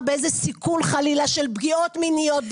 באיזה סיכון חלילה של פגיעות מיניות,